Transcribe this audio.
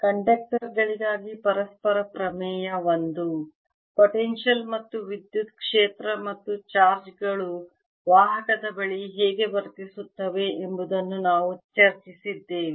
ಕಂಡಕ್ಟರ್ಗಳಿಗಾಗಿ ಪರಸ್ಪರ ಪ್ರಮೇಯ I potential ಮತ್ತು ವಿದ್ಯುತ್ ಕ್ಷೇತ್ರ ಮತ್ತು ಚಾರ್ಜ್ಗಳು ವಾಹಕದ ಬಳಿ ಹೇಗೆ ವರ್ತಿಸುತ್ತವೆ ಎಂಬುದನ್ನು ನಾವು ಚರ್ಚಿಸಿದ್ದೇವೆ